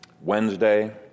Wednesday